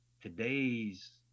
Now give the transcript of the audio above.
today's